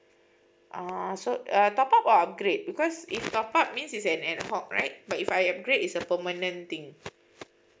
oh so uh top up or upgrade because if top up means is an ad hoc right but if I upgrade is a permanent thing